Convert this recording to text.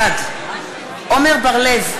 בעד עמר בר-לב,